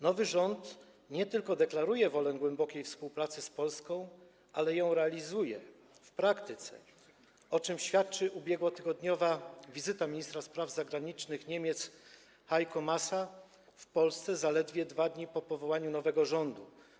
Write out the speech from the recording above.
Nowy rząd nie tylko deklaruje wolę głębokiej współpracy z Polską, ale też realizuje ją w praktyce, o czym świadczy ubiegłotygodniowa wizyta ministra spraw zagranicznych Niemiec Heiko Maasa w Polsce - zaledwie 2 dni po powołaniu nowego rządu.